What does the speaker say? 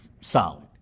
solid